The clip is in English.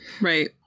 Right